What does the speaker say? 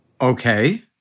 Okay